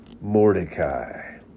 Mordecai